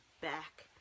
back